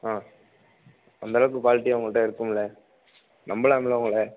ஆ அந்தளவுக்கு குவாலிட்டியாக உங்கள்கிட்ட இருக்குமில நம்பலாமில உங்களை